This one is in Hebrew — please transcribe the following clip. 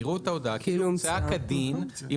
יראו את ההודעה כאילו הומצאה כדין אם